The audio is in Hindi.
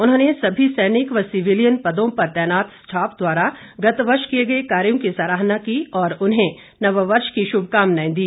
उन्होंने सभी सैनिक व सिविलियन पदों पर तैनात स्टाफ द्वारा गत वर्ष किए गए कार्यो की सराहना की और उन्हें नववर्ष की शुभकामनाएं दी